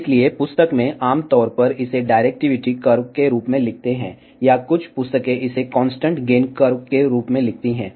इसलिए पुस्तक में आम तौर पर इसे डायरेक्टिविटी कर्व के रूप में लिखते हैं या कुछ पुस्तकें इसे कांस्टेंट गेन कर्व के रूप में लिखती हैं